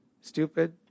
stupid